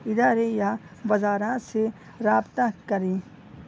ادارے یا وزارات سے رابطہ کریں